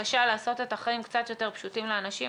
בבקשה לעשות את החיים קצת יותר פשוטים לאנשים,